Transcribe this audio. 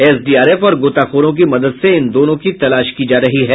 SDRF और गोताखोरों की मदद से इन दोनों की तलाश की जा रही है